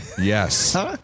yes